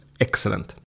excellent